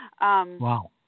Wow